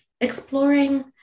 exploring